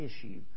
issue